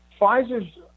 Pfizer's